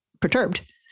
perturbed